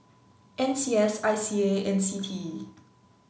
N C S I C A and C T E